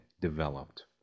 developed